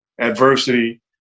adversity